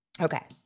Okay